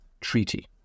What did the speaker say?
treaty